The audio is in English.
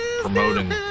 promoting